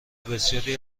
بسیاری